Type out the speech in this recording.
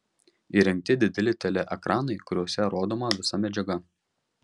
įrengti dideli teleekranai kuriuose rodoma visa medžiaga